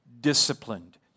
disciplined